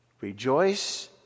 Rejoice